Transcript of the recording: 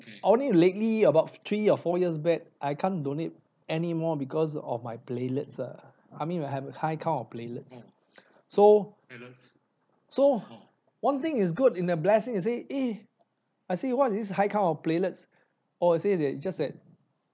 only lately about three or four years back I can't donate any more because of my platelets ah I mean I have high count of platelets so so one thing is good in a blessing I say eh I say what is this high count of platelets oh they say that it's just that